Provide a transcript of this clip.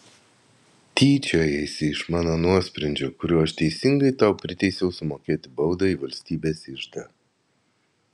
tyčiojaisi iš mano nuosprendžio kuriuo aš teisingai tau priteisiau sumokėti baudą į valstybės iždą